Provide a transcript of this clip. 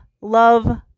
love